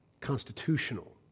constitutional